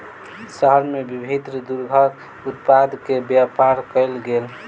शहर में विभिन्न दूधक उत्पाद के व्यापार कयल गेल